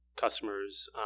customers